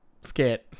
scared